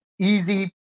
easy